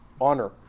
honor